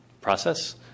process